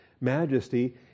majesty